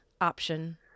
option